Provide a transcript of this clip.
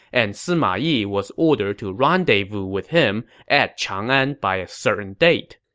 and sima yi was ordered to rendezvous with him at chang'an by a certain date